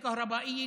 החשמל.